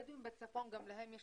לבדואים בצפון גם יש תוכנית?